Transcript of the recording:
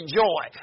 joy